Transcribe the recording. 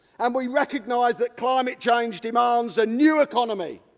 um we recognise that climate change demands a new economy.